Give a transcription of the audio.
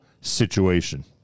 situation